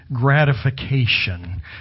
gratification